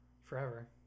forever